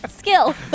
Skill